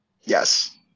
Yes